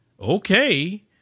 Okay